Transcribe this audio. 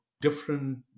different